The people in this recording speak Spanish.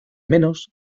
menos